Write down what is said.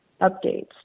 updates